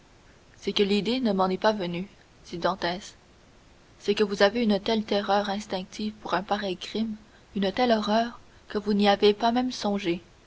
c'est que l'idée ne m'en est pas venue dit dantès c'est que vous avez une telle horreur instinctive pour un pareil crime une telle horreur que vous n'y avez pas même songé